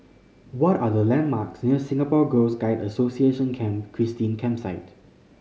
what are the landmarks near Singapore Girl Guides Association Camp Christine Campsite